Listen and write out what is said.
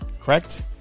Correct